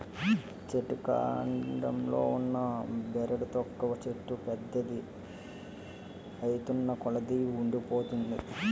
చెట్టు కాండంలో ఉన్న బెరడు తొక్క చెట్టు పెద్దది ఐతున్నకొలది వూడిపోతుంది